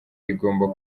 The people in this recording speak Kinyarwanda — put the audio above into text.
rigomba